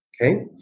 okay